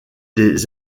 des